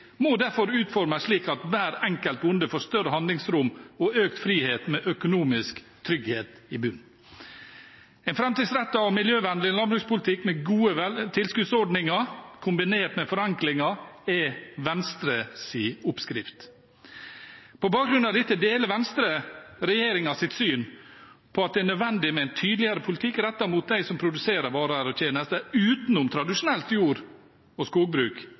må derfor utformes slik at hver enkelt bonde får større handlingsrom og økt frihet med økonomisk trygghet i bunnen. En framtidsrettet og miljøvennlig landbrukspolitikk med gode tilskuddsordninger kombinert med forenklinger er Venstres oppskrift. På bakgrunn av dette deler Venstre regjeringens syn på at det er nødvendig med en tydeligere politikk rettet mot dem som produserer varer og tjenester, utenom tradisjonelt jord- og skogbruk,